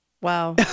Wow